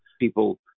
People